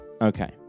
okay